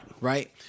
Right